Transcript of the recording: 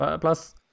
Plus